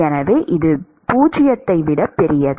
எனவே இது 0 ஐ விட பெரியது